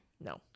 No